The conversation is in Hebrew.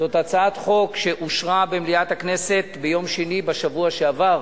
זאת הצעת חוק שאושרה במליאת הכנסת ביום שני בשבוע שעבר,